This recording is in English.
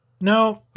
No